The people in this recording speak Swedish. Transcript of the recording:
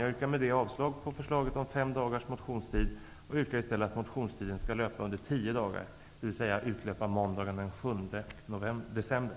Jag yrkar med detta avslag på förslaget om fem dagars motionstid och yrkar i stället att motionstiden skall löpa under tio dagar, dvs. utlöpa måndagen den 7 december.